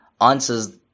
answers